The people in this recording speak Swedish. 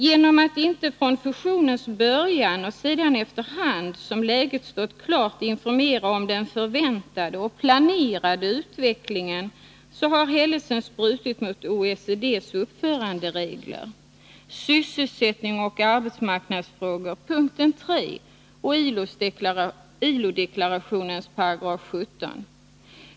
Genom att inte från fusionens början och sedan efter hand som läget stått klart informera om den förväntade och planerade utvecklingen har Hellesens brutit mot OECD:s uppföranderegler, Sysselsättning och arbetsmarknadsfrågor, punkt 3, och ILO-deklarationens § 17.